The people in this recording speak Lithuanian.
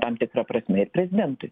tam tikra prasme prezidentui